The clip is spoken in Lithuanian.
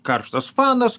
karštas fanas